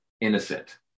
innocent